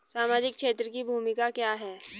सामाजिक क्षेत्र की भूमिका क्या है?